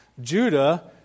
Judah